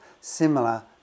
similar